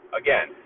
again